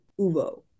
Uvo